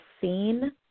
seen